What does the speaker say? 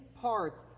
parts